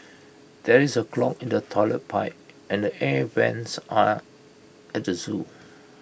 there is A clog in the Toilet Pipe and the air Vents on at the Zoo